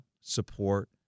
support